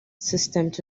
systems